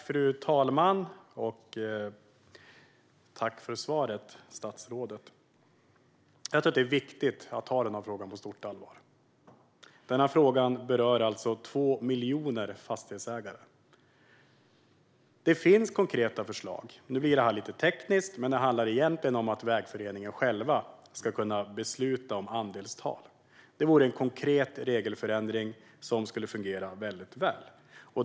Fru talman! Tack för svaret, statsrådet! Jag tror att det är viktigt att ta den här frågan på stort allvar. Den berör alltså 2 miljoner fastighetsägare. Det finns konkreta förslag. Nu blir det här lite tekniskt, men det handlar egentligen om att vägföreningarna själva ska kunna besluta om andelstal. Det vore en konkret regelförändring som skulle fungera väldigt väl.